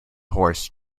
horse